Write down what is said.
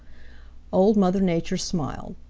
old mother nature smiled.